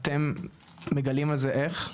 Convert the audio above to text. אתם מגלים על זה איך?